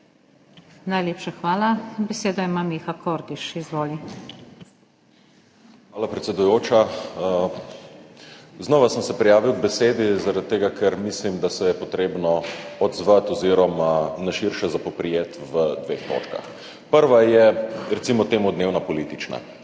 Najlepša hvala. Besedo ima Miha Kordiš. Izvoli. MIHA KORDIŠ (PS Levica): Hvala, predsedujoča. Znova sem se prijavil k besedi, zaradi tega ker mislim, da se je potrebno odzvati oziroma na širše poprijeti v dveh točkah. Prva je, recimo temu, dnevna politična.